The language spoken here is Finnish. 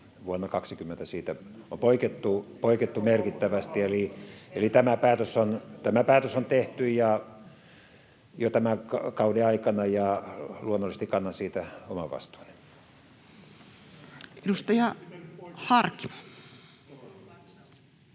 vuonna 20 siitä on poikettu merkittävästi. Eli tämä päätös on tehty jo tämän kauden aikana, ja luonnollisesti kannan siitä oman vastuuni.